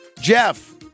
Jeff